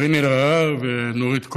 קארין אלהרר ונורית קורן,